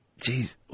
Jeez